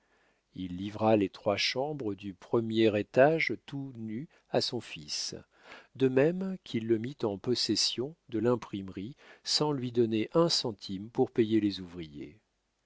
il livra les trois chambres du premier étage tout nues à son fils de même qu'il le mit en possession de l'imprimerie sans lui donner un centime pour payer les ouvriers